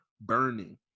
burning